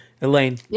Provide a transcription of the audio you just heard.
Elaine